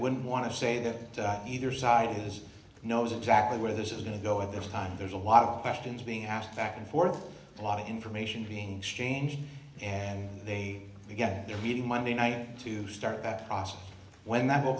wouldn't want to say that either side knows exactly where this is going to go at this time there's a lot of questions being asked back and forth a lot of information being changed and they get the meeting monday night to start that process when that will